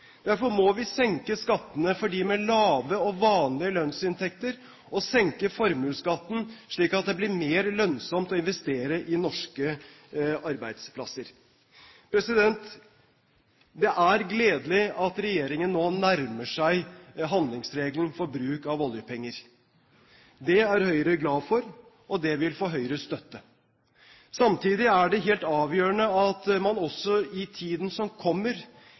Derfor må vi senke skattene for dem med lave og vanlige lønnsinntekter og senke formuesskatten, slik at det blir mer lønnsomt å investere i norske arbeidsplasser. Det er gledelig at regjeringen nå nærmer seg handlingsregelen for bruk av oljepenger. Det er Høyre glad for, og det vil få Høyres støtte. Samtidig er det helt avgjørende at man også i tiden som kommer,